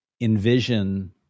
envision